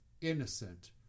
innocent